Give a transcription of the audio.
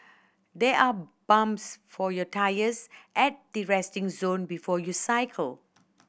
there are pumps for your tyres at the resting zone before you cycle